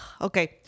Okay